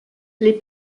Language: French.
les